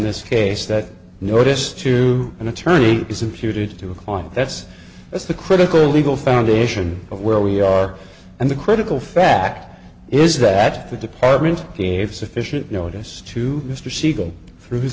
this case that notice to an attorney is imputed to a client that's that's the critical legal foundation of where we are and the critical fact is that the department gave sufficient notice to mr siegel through his